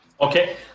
Okay